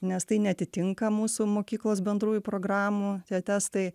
nes tai neatitinka mūsų mokyklos bendrųjų programų tie testai